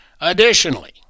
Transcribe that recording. Additionally